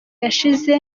yashize